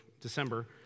December